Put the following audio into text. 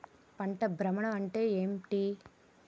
పంట భ్రమణం అంటే ఏంటి?